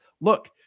Look